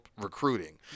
recruiting